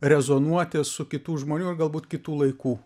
rezonuoti su kitų žmonių ir galbūt kitų laikų